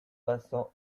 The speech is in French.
passant